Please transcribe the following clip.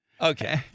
Okay